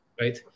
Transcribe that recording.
right